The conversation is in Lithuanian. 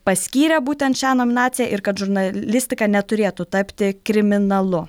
paskyrė būtent šią nominaciją ir kad žurnalistika neturėtų tapti kriminalu